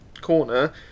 corner